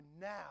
now